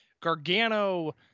Gargano